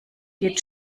geht